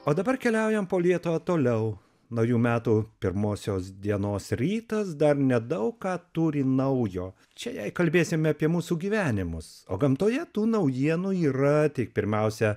o dabar keliaujam po lietuvą toliau naujų metų pirmosios dienos rytas dar nedaug ką turi naujo čia jei kalbėsime apie mūsų gyvenimus o gamtoje tų naujienų yra tik pirmiausia